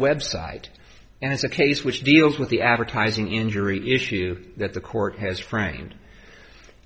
website and it's a case which deals with the advertising injury issue that the court has framed